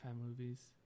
movies